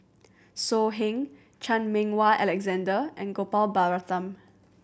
So Heng Chan Meng Wah Alexander and Gopal Baratham